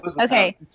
Okay